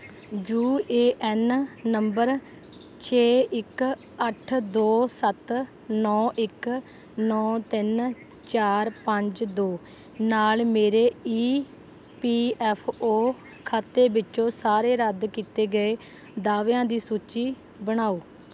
you A N number ਛੇ ਇੱਕ ਅੱਠ ਦੋ ਸੱਤ ਨੌਂ ਇੱਕ ਨੌਂ ਤਿੰਨ ਚਾਰ ਪੰਜ ਦੋ ਨਾਲ ਮੇਰੇ ਈ ਪੀ ਐੱਫ ਓ ਖਾਤੇ ਵਿੱਚੋਂ ਸਾਰੇ ਰੱਦ ਕੀਤੇ ਗਏ ਦਾਅਵਿਆਂ ਦੀ ਸੂਚੀ ਬਣਾਓ